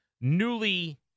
newly